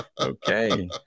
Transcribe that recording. Okay